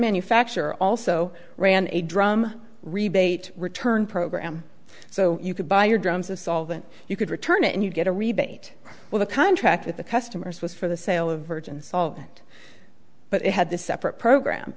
manufacture also ran a drum rebate return program so you could buy your drums of solvent you could return it and you get a rebate with a contract with the customers was for the sale of virgin solvent but it had this separate program